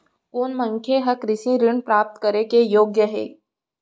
कोन मनखे ह कृषि ऋण प्राप्त करे के योग्य हे?